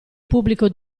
pubblico